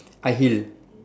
high heel